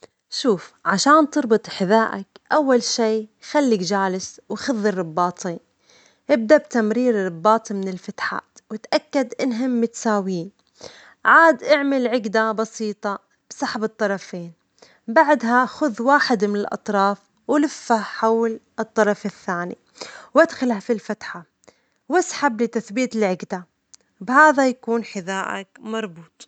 شوف، عشان تربط حذاءك، أول شي خليك جالس وخذ الرباطين، إبدأ بتمرير الرباط من الفتحات وتأكد إنهن متساوين، عاد إعمل عجدة بسيطة بسحب الطرفين، بعدها خذ واحد من الأطراف ولفه حول الطرف الثاني، وأدخله في الفتحة واسحب لتثبيت العقدة، بهذا يكون حذاءك مربوط.